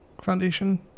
Foundation